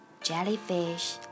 jellyfish